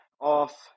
off